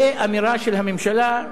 ואמירה של הממשלה,